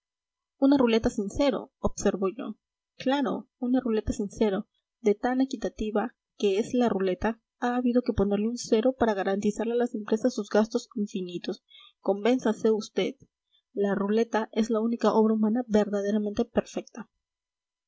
una ruleta sin cero observo yo claro una ruleta sin cero de tan equitativa que es la ruleta ha habido que ponerle un cero para garantizarle a las empresas sus gastos infinitos convénzase usted la ruleta es la única obra humana verdaderamente perfecta